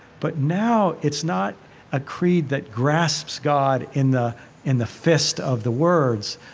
but now it's not a creed that grasps god in the in the fist of the words,